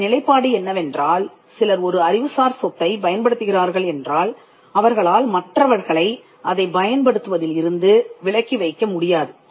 இதன் நிலைப்பாடு என்னவென்றால் சிலர் ஒரு அறிவுசார் சொத்தை பயன்படுத்துகிறார்கள் என்றால் அவர்களால் மற்றவர்களை அதைப் பயன்படுத்துவதில் இருந்து விலக்கி வைக்க முடியாது